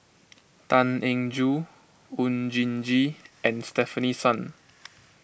Tan Eng Joo Oon Jin Gee and Stefanie Sun